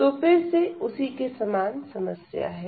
तो फिर से उसी के समान समस्या है